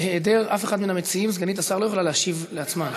בהיעדר מי מהמציעים סגנית השר לא יכולה להשיב לעצמה,